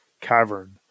Cavern